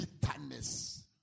bitterness